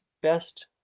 best